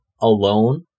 Alone